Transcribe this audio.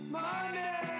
Money